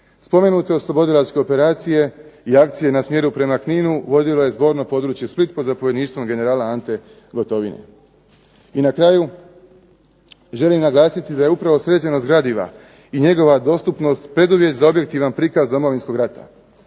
Spomenute oslobodilačke operacije i akcije na smjeru prema Kninu vodilo je zborno područje Split pod zapovjedništvom generala Ante Gotovine. I na kraju želim naglasiti da je upravo sređenost gradiva i njegova dostupnost preduvjet za objektivan prikaz Domovinskog rata.